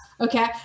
Okay